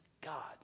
God